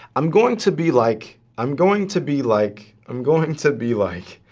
i'm going to be like, i'm going to be like, i'm going to be like,